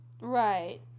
Right